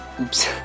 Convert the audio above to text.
Oops